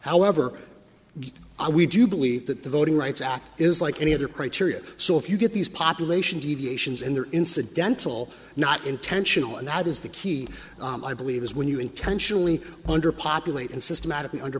however i we do believe that the voting rights act is like any other criteria so if you get these population deviations in there instead dental not intentional and that is the key i believe is when you intentionally underpopulated systematically under